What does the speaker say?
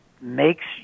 makes